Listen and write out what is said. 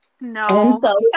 No